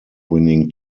winning